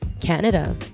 Canada